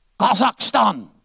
Kazakhstan